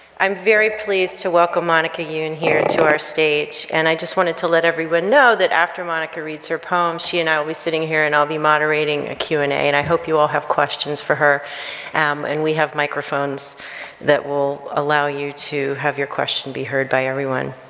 i'm very pleased to welcome monica youn here to our stage and i just wanted to let everyone know that after monica reads her poems she and i are we sitting here and i'll be moderating a q and a and i hope you all have questions for her um and we have microphones that will allow you to have your question be heard by everyone.